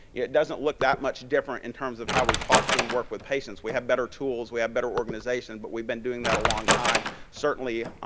it doesn't look that much different in terms of how we talk to and work with patients. we have better tools. we have better organization, but we've been doing that a long time. certainly,